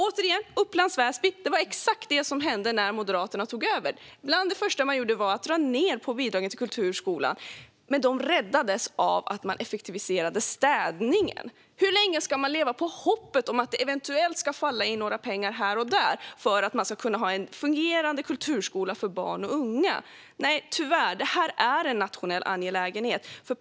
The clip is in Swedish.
Återigen nämner jag Upplands Väsby. Det var exakt detta som hände när Moderaterna tog över. Bland det första man gjorde var att dra ned på bidragen till kulturskolan. Men detta räddades av att man effektiviserade städningen. Hur länge ska man leva på hoppet om att det eventuellt ska ramla in några pengar här och där för att man ska kunna ha en fungerande kulturskola för barn och unga? Nej, tyvärr, detta är en nationell angelägenhet.